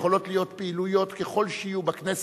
יכולות להיות פעילויות ככל שיהיו בכנסת,